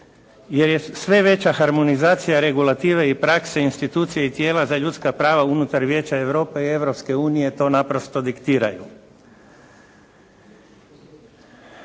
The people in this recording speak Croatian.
jer je sve veća harmonizacija i regulative i prakse institucije i tijela za ljudska prava unutar Vijeća Europe i Europske unije to naprosto diktiraju.